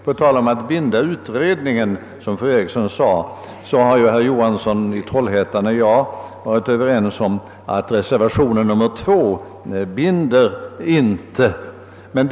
På tal om att binda utredningen som fru Eriksson sade kan jag nämna att herr Johansson i Trollhättan och jag blivit överens om att reservation 2 inte binder.